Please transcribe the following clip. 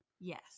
Yes